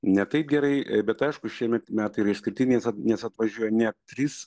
ne taip gerai bet aišku šiemet metai yra išskirtiniai nes atvažiuoja net trys